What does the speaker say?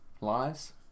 Lies